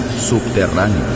subterráneo